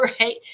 right